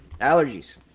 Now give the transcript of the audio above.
allergies